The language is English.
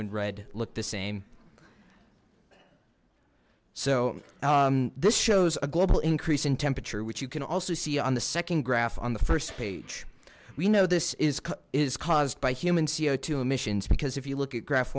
and red looked the same so this shows a global increase in temperature which you can also see on the second graph on the first page we know this is caused by human co emissions because if you look at graph